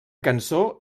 cançó